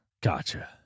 Gotcha